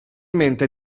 mente